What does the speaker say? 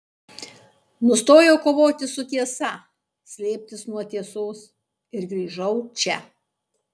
nustojau kovoti su tiesa slėptis nuo tiesos ir grįžau čia